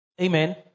Amen